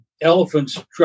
Elephants